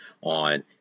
on